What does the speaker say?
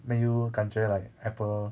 没有感觉 like apple